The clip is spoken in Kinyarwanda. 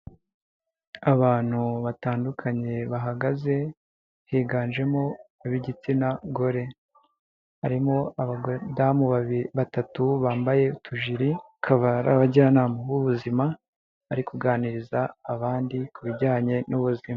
Abantu batandukanye bahagaze, higanjemo ab'igitsina gore, harimo abadamu babiri, batatu bambaye utujiri, akaba ari abajyanama b'ubuzima, bari kuganiriza abandi, ku bijyanye n'ubuzima.